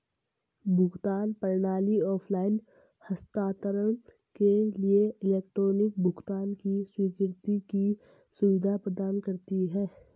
भुगतान प्रणाली ऑफ़लाइन हस्तांतरण के लिए इलेक्ट्रॉनिक भुगतान की स्वीकृति की सुविधा प्रदान करती है